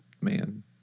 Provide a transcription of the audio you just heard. man